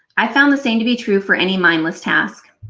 i find the same to be true for any mindless task.